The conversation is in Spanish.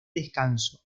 descanso